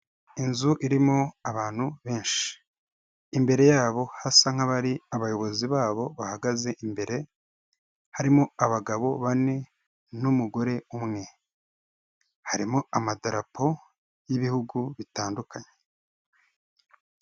Inzu irimo abantu benshi, imbere yabo hasa nk'abari abayobozi babo bahagaze imbere, harimo abagabo bane n'umugore umwe, harimo amadarapo y'ibihugu bitandukanye.